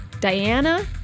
Diana